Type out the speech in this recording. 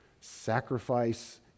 Sacrifice